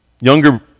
Younger